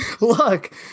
Look